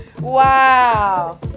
Wow